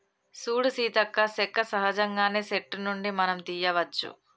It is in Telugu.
సూడు సీతక్క సెక్క సహజంగానే సెట్టు నుండి మనం తీయ్యవచ్చు